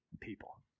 people